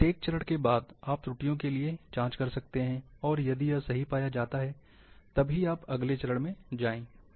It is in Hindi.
प्रत्येक चरण के बाद आप त्रुटियों के लिए जाँच कर सकते हैं और यदि यह सही पाया जाता है तो आप अगले चरण पर जा सकते हैं